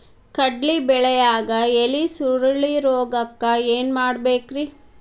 ಕಡ್ಲಿ ಬೆಳಿಯಾಗ ಎಲಿ ಸುರುಳಿರೋಗಕ್ಕ ಏನ್ ಮಾಡಬೇಕ್ರಿ?